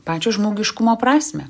pačio žmogiškumo prasmę